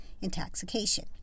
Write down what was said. intoxication